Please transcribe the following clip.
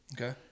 Okay